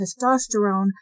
testosterone